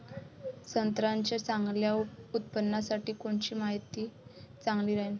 संत्र्याच्या चांगल्या उत्पन्नासाठी कोनची माती चांगली राहिनं?